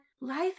life